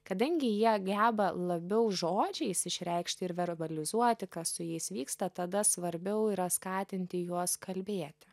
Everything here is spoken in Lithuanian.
kadangi jie geba labiau žodžiais išreikšti ir verbalizuoti kas su jais vyksta tada svarbiau yra skatinti juos kalbėti